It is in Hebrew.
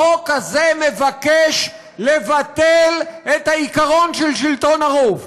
החוק הזה מבקש לבטל את העיקרון של שלטון הרוב.